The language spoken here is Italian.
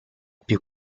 più